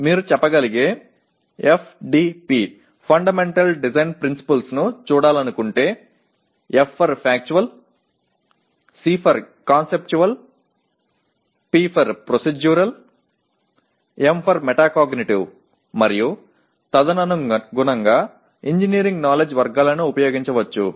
మీరు చెప్పగలిగే FDP fundamental design ప్రిన్సిపల్స్ను చూడాలనుకుంటే F for factual C for conceptual P for procedural M for metacognitive మరియు తదనుగుణంగా ఇంజనీరింగ్ నాలెడ్జ్ వర్గాలను ఉపయోగించవచ్చు